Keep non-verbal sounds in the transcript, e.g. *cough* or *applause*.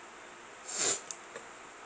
*noise*